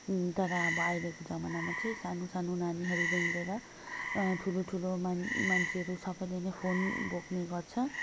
तर अब अहिलेको जमानामा चाहिँ सानो सानो नानीहरूदेखिन् लिएर ठुलो ठुलो मान मान्छेहरू सबैले नै फोन बोक्ने गर्छ